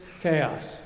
chaos